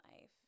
life